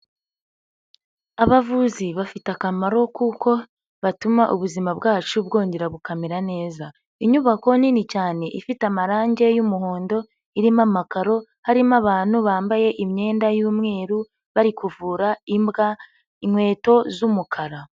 Abavuzi bafite akamaro kuko batuma ubuzima bwacu bwongera bukamera neza. Inyubako nini cyane ifite amarangi y'umuhondo, irimo amakaro, harimo abantu bambaye imyenda y'umweru bari kuvura imbwa, inkweto z'umukara.